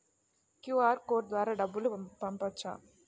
QR code ద్వారా డబ్బులు పంపవచ్చా?